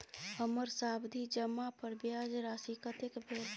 हमर सावधि जमा पर ब्याज राशि कतेक भेल?